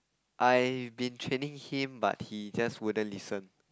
I been training him but he just wouldn't listen